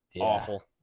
awful